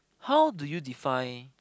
how do you define